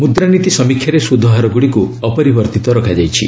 ମୁଦ୍ରାନୀତି ସମୀକ୍ଷାରେ ସୁଧହାରଗୁଡ଼ିକୁ ଅପରିବର୍ତ୍ତିତ ରଖାଯାଇଛି